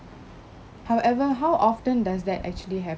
however how often does that actually